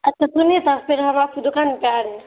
اچھا سنیے سر پھر ہم آپ کی دکان پہ آ رہے ہیں